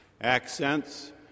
accents